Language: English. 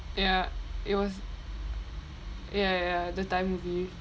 ya it was ya ya the thai movie